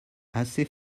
assez